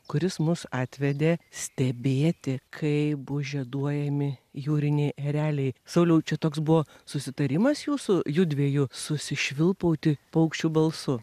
kuris mus atvedė stebėti kaip buvo žieduojami jūriniai ereliai sauliau čia toks buvo susitarimas jūsų jųdviejų susišvilpauti paukščio balsu